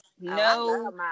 no